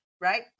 right